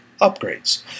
upgrades